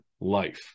life